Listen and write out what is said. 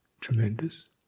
tremendous